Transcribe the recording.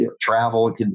travel